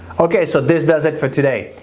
okay so this does it for today,